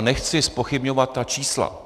Nechci zpochybňovat ta čísla.